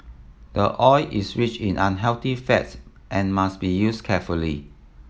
the oil is rich in unhealthy fats and must be used carefully